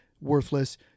worthless